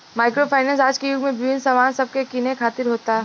micro finance आज के युग में विभिन्न सामान सब के किने खातिर होता